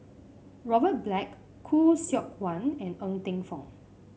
Robert Black Khoo Seok Wan and Ng Teng Fong